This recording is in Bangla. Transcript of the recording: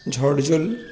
ঝড় জল